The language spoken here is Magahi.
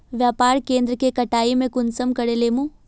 व्यापार केन्द्र के कटाई में कुंसम करे लेमु?